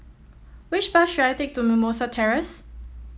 which bus should I take to Mimosa Terrace